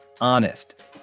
honest